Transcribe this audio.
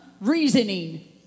Reasoning